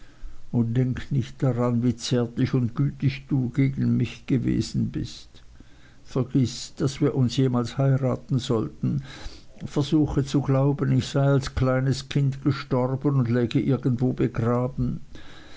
o denk nicht dran wie zärtlich und gütig du gegen mich gewesen bist vergiß daß wir uns jemals heiraten sollten versuche zu glauben ich sei als kleines kind gestorben und läge irgendwo begraben